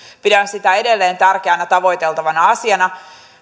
pidän sitä edelleen tärkeänä tavoiteltavana asiana